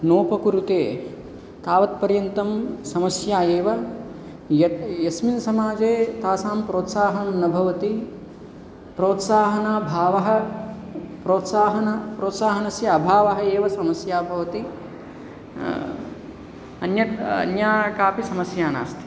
नोपकुरुते तावत् पर्यन्तं समस्या एव यट् यस्मिन् समाजे तासां प्रोत्साहनं न भवति प्रोत्साहनाभावः प्रोत्साहन प्रोत्साहनस्य अभावः एव समस्या भवति अन्यत् अन्या कापि समस्या नास्ति